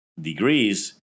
degrees